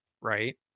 right